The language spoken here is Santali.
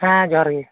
ᱦᱮᱸ ᱡᱦᱟᱨ ᱜᱮ